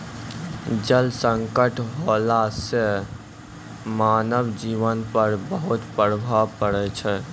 जल संकट होला सें मानव जीवन पर बहुत प्रभाव पड़ै छै